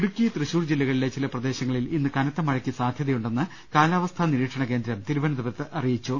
ഇടുക്കി തൃശൂർ ജില്ലകളിലെ ചില പ്രദേശങ്ങളിൽ ഇന്ന് കനത്ത മഴയ്ക്ക് സാധ്യതയുണ്ടെന്ന് കാലാവസ്ഥ നിരീക്ഷണകേന്ദ്രം തിരുവന ന്തപുരത്ത് അറിയിച്ചു